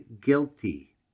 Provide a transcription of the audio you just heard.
guilty